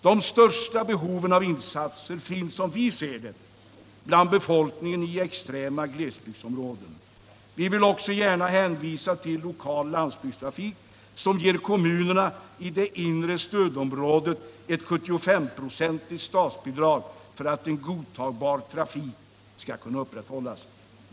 De största behoven av insatser finns, som vi ser det, bland befolkningen i extrema glesbygdsområden. Vi vill också gärna hänvisa till lokal landsbygdstrafik, som ger kommunerna i det inre stödområdet ett 75-procentigt statsbidrag för att en godtagbar trafik skall kunna upprätthållas.